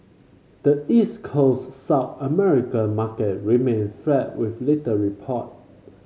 the East Coast South American market remained flat with little report